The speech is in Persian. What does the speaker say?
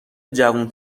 جوون